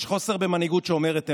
יש חוסר במנהיגות שאומרת אמת.